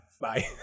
Bye